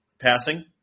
passing